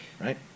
right